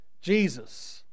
Jesus